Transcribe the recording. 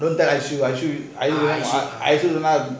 don't tell I show you I show you how to come